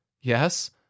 yes